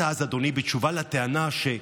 בתשובה על הטענה,